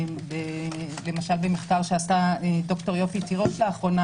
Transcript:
למשל במחקר שעשתה ד"ר יופי תירוש לאחרונה,